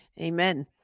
Amen